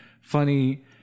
funny